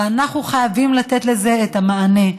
ואנחנו חייבים לתת לזה את המענה.